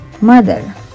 mother